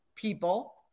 People